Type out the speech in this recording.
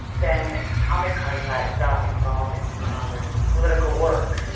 then hamid karzai got involved in his father's political work.